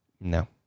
No